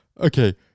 Okay